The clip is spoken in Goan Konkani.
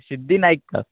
सिद्धी नायकाक